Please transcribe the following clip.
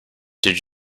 did